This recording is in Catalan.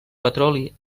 petroli